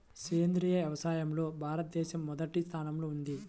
సేంద్రీయ వ్యవసాయంలో భారతదేశం మొదటి స్థానంలో ఉంది